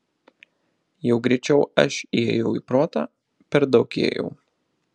jau greičiau aš įėjau į protą per daug įėjau